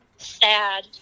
sad